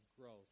growth